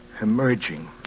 Emerging